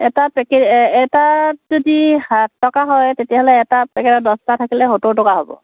এটা পেকেট এটাত যদি সাত টকা হয় তেতিয়াহ'লে এটা পেকেটৰ দহটা থাকিলে সত্তৰ টকা হ'ব